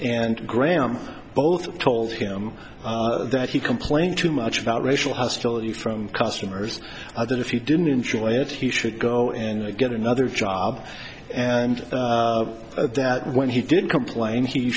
and graham both told him that he complained too much about racial hostility from customers that if he didn't enjoy it he should go and get another job and that when he did complain he